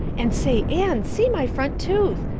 and say, anne, see my front tooth.